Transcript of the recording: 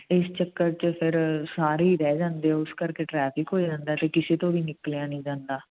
ਇਸ ਚੱਕਰ 'ਚ ਫਿਰ ਸਾਰੇ ਹੀ ਰਹਿ ਜਾਂਦੇ ਹੋ ਉਸ ਕਰਕੇ ਟਰੈਫਿਕ ਹੋ ਜਾਂਦਾ ਅਤੇ ਕਿਸੇ ਤੋਂ ਵੀ ਨਿਕਲਿਆ ਨਹੀਂ ਜਾਂਦਾ